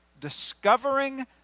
Discovering